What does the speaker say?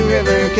River